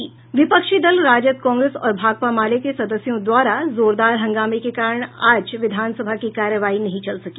विपक्षी दल राजद कांग्रेस और भाकपा माले के सदस्यों द्वारा जोरदार हंगामे के कारण आज विधानसभा की कार्यवाही नहीं चल सकी